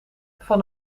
van